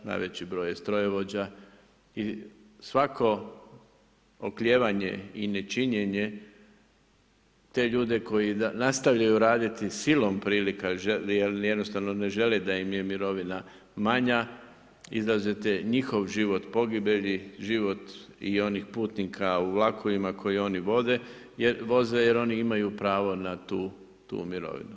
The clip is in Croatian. Najveći je broj strojovođa i svako oklijevanje i nečinjene te ljude koji nastavljaju raditi silom prilika, jer jednostavno ne žele da im je mirovina manja izlažete njihov život pogibelji, život i onih putnika u vlakovima koji oni voze jer oni imaju pravo na tu mirovinu.